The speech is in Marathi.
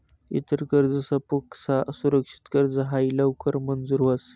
इतर कर्जसपक्सा सुरक्षित कर्ज हायी लवकर मंजूर व्हस